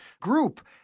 group